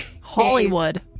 Hollywood